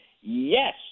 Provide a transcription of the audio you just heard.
Yes